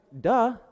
duh